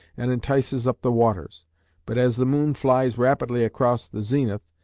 and entices up the waters but as the moon flies rapidly across the zenith,